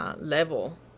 level